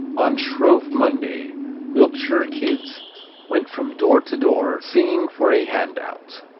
on shrove monday wiltshire kids went from door to door singing for a handout